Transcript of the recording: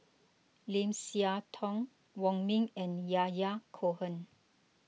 Lim Siah Tong Wong Ming and Yahya Cohen